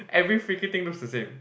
every freaking thing looks the same